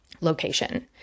location